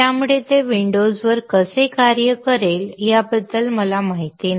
त्यामुळे ते विंडोजवर कसे कार्य करेल याबद्दल मला माहिती नाही